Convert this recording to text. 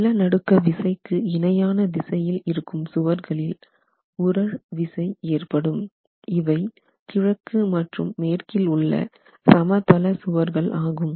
நிலநடுக்க விசைக்கு இணையான திசையில் இருக்கும் சுவர்களில் உறழ் விசை ஏற்படும் இவை கிழக்கு மற்றும் மேற்கில் உள்ள சமதள சுவர்கள் ஆகும்